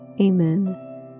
Amen